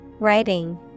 Writing